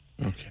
Okay